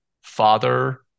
father